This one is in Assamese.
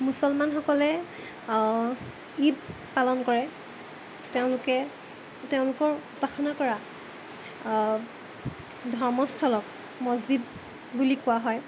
মছলমানসকলে ঈদ পালন কৰে তেওঁলোকে তেওঁলোকৰ উপাসনা কৰা ধৰ্ম স্থলক মছজিদ বুলি কোৱা হয়